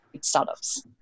startups